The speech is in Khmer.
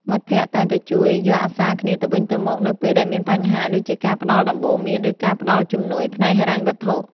មិត្តភក្តិតែងតែជួយយកអាសាគ្នាទៅវិញទៅមកនៅពេលដែលមានបញ្ហា ដូចជាការផ្តល់ដំបូន្មានឬការផ្តល់ជំនួយផ្នែកហិរញ្ញវត្ថុ។